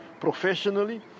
Professionally